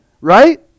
right